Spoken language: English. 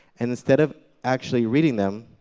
and instead of actually reading them,